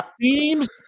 teams